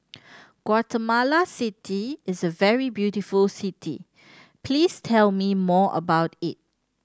Guatemala City is a very beautiful city please tell me more about it